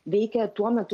veikė tuo metu